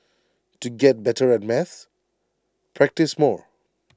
to get better at maths practise more